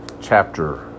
Chapter